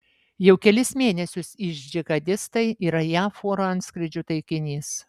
jau kelis mėnesius is džihadistai yra jav oro antskrydžių taikinys